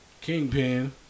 Kingpin